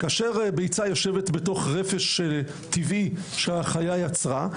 כאשר ביצה יושבת בתוך רפש טבעי שהחיה יצרה,